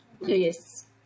Yes